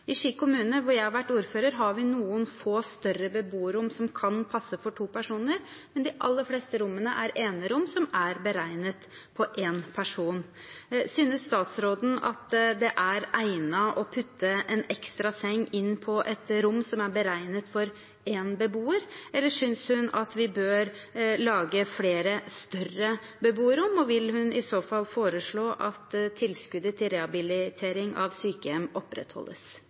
I Ski kommune, hvor jeg har vært ordfører, har vi noen få større beboerrom som kan passe for to personer, men de aller fleste rommene er enerom som er beregnet på én person. Synes statsråden et rom som er beregnet for én beboer, er egnet til å få satt inn en ekstra seng, eller synes hun at vi bør lage flere større beboerrom? Vil hun i så fall foreslå at tilskuddet til rehabilitering av sykehjem opprettholdes?